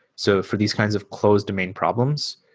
so for these kinds of closed domain problems,